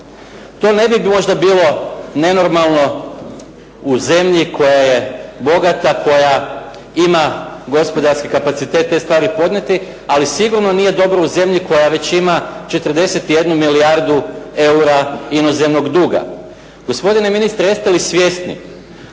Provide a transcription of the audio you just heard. To ne bi možda bilo nenormalno u zemlji koja je bogata, koja ima gospodarski kapacitet te stvari podnijeti, ali sigurno nije dobro u zemlji koja već ima 41 milijardu eura inozemnog duga. Gospodine ministre, jeste li svjesni